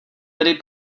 tedy